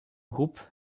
groupe